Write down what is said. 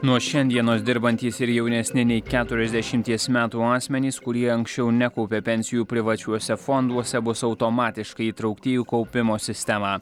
nuo šiandienos dirbantys ir jaunesni nei keturiasdešimties metų asmenys kurie anksčiau nekaupė pensijų privačiuose fonduose bus automatiškai įtraukti į jų kaupimo sistemą